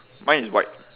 mine is white